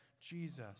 Jesus